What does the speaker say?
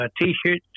t-shirts